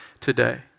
today